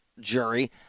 jury